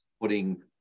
putting